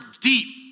deep